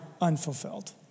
unfulfilled